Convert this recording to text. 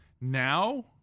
Now